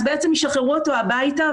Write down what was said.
אז בעצם ישחררו אותו הביתה,